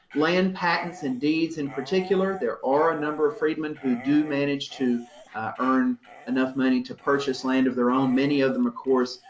land patents and deeds in particular, there are a number of freedmen who do manage to earn enough money to purchase land of their own, many of them, of course,